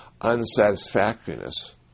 unsatisfactoriness